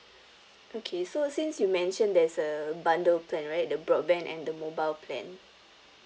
okay so since you mentioned there's a bundle plan right the broadband and the mobile plan